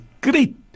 great